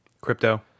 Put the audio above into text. Crypto